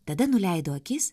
tada nuleido akis